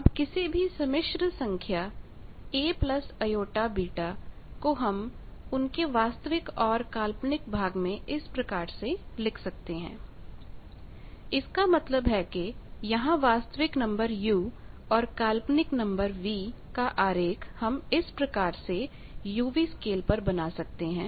अब किसी भी सम्मिश्रसंख्या a jβ को हम उनके वास्तविक और काल्पनिक भाग में इस प्रकार से लिख सकते हैं Γ ujv इसका मतलब है कि यहां वास्तविक नंबर u और काल्पनिक नंबर v का आरेख हम इस प्रकार से uv स्केल पर बना सकते हैं